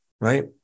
Right